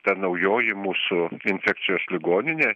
ta naujoji mūsų infekcijos ligoninė